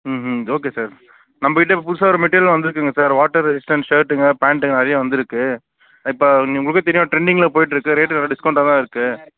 ம் ம் okay sir நம்ம கிட்டே இப்போ புதுசாக ஒரு மெட்டீரியல் வந்திருக்குங்க சார் வாட்டர் ரெசிடெண்ட் ஷர்ட்டுங்க பேண்ட்டுங்க நிறையா வந்திருக்கு இப்போ உங்களுக்கே தெரியும் டிரெண்டிங்கில் போய்கிட்ருக்கு ரேட்டு நல்ல டிஸ்கவுண்டாக தான் இருக்குது